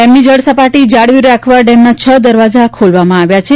ડેમની જળ સપાટી જાળવી રાખવા છ દરવાજા ખોલવામાં આવ્યા છે